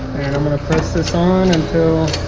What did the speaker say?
and i'm gonna press this on until